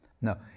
No